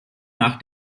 nach